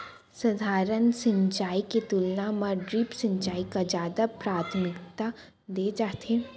सधारन सिंचाई के तुलना मा ड्रिप सिंचाई का जादा प्राथमिकता दे जाथे